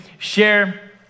share